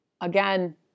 Again